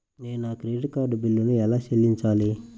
నేను నా credit card బిల్లును ఎలా చెల్లించాలీ?